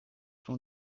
from